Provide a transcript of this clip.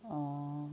oh